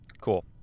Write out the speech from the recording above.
Cool